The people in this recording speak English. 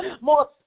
more